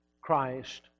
Christ